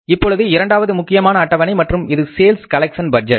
இப்பொழுது இரண்டாவது முக்கியமான அட்டவணை மற்றும் இது சேல்ஸ் கலெக்சன் பட்ஜெட்